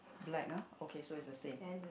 black ah okay so it's the same